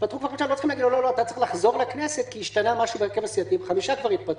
שאם כבר התפטרו חמישה,